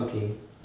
okay